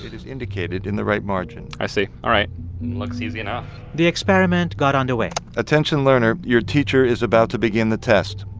is indicated in the right margin i see. all right looks easy enough the experiment got underway attention, learner, your teacher is about to begin the test.